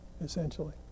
essentially